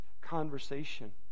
conversation